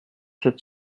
sept